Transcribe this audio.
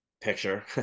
picture